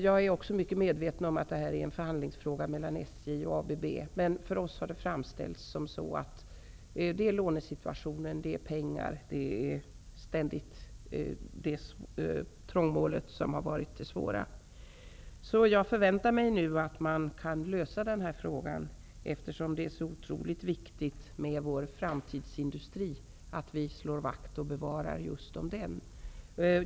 Jag är också väl medveten om att detta är en förhandlingsfråga mellan SJ och ABB. För oss har det tidigare framställts att det svåra trångmålet har varit lånesituationen och bristen på pengar. Jag förväntar mig nu att man kan lösa denna fråga. Eftersom vår framtidsindustri är så otroligt viktig, måste vi slå vakt om just den.